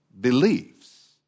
believes